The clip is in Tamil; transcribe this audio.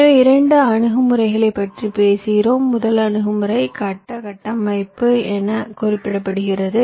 எனவே இரண்டு அணுகுமுறைகளைப் பற்றி பேசுகிறோம் முதல் அணுகுமுறை கட்ட கட்டமைப்பு என குறிப்பிடப்படுகிறது